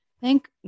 Thank